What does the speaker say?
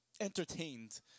entertained